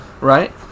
right